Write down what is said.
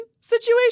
situation